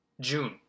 June